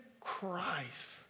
christ